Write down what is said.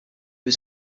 was